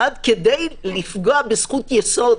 כדי לפגוע בזכות יסוד,